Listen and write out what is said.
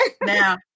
Now